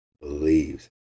believes